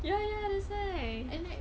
ya ya that's why